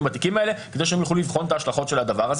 בתיקים האלה כדי שהם יוכלו לבחון את ההשלכות של הדבר הזה.